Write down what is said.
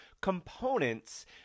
components